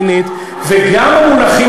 הזאת שאחזה בכם?